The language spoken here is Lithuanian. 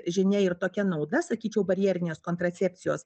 žinia ir tokia nauda sakyčiau barjerinės kontracepcijos